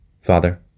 Father